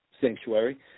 sanctuary